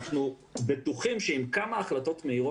אנחנו בטוחים שעם כמה החלטות מהירות